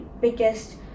biggest